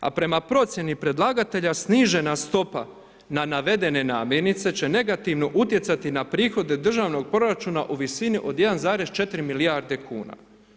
A prema procjena predlagatelja snižena stopa na navedene namjernice, će negativno utjecati na prihode državnog proračuna, u visini od 1,4 milijardi kn.